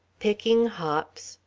picking hops.